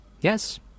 Yes